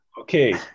Okay